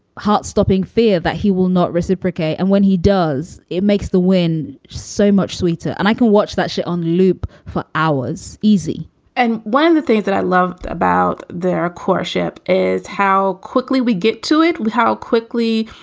heart stopping fear that he will not reciprocate. and when he does, it makes the win so much sweeter. and i can watch that shit on loop for hours. easy and one of the things that i love about their courtship is how quickly we get to it, how quickly,